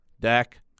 Dak